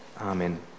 Amen